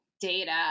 data